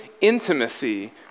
intimacy